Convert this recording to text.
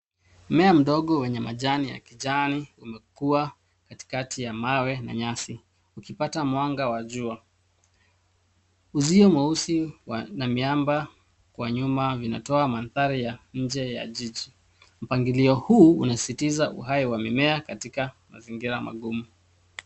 Mmea mdogo wenye majani ya kijani imekuwa katikati ya mawe na nyasi ikipata mwanga wa jua. Uzio mweusi na miamba kwa nyuma vinatoa manthari ya nje ya jiji. Mpangilio huu unasisitiza uhai wa mimea katika mazingira magumu.